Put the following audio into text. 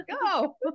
Go